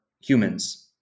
humans